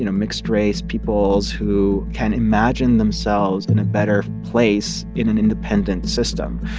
you know mixed-race peoples who can imagine themselves in a better place in an independent system.